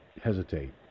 hesitate